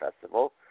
festival